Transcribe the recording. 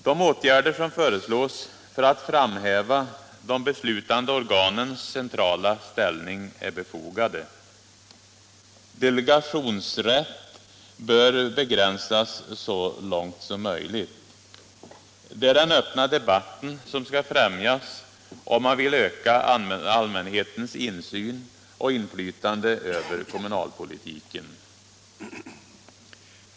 De åtgärder som föreslås för att framhäva de beslutande organens centrala ställning är befogade. Delegationsrätt bör begränsas så långt som möjligt. Det är den öppna debatten som skall främjas om man vill öka allmänhetens insyn och inflytande över kommunalpolitiken.